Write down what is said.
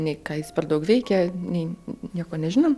nei ką jis per daug veikė nei nieko nežinom